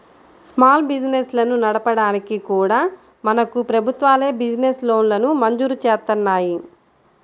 small బిజినెస్లను నడపడానికి కూడా మనకు ప్రభుత్వాలే బిజినెస్ లోన్లను మంజూరు జేత్తన్నాయి